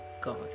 God